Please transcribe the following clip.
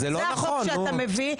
זה החוק שאתה מביא.